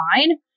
fine